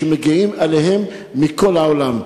ומגיעים אליהם מכל העולם.